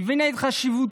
הבינה את חשיבות